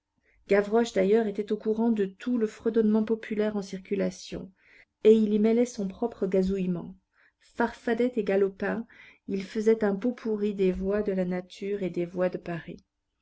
gavroche d'ailleurs était au courant de tout le fredonnement populaire en circulation et il y mêlait son propre gazouillement farfadet et galopin il faisait un pot pourri des voix de la nature et des voix de paris